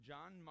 John